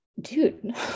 dude